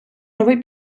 новий